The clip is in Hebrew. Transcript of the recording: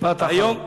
משפט אחרון.